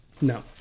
No